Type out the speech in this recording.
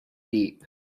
deep